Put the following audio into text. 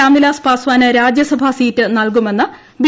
രാംവിലാസ് പാസ്വാന് രാജ്യസഭാ സീറ്റ് നൽകുമെന്ന് ബി